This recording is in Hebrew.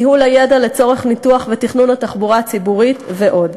ניהול הידע לצורך ניתוח ותכנון התחבורה הציבורית ועוד.